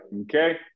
okay